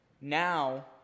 Now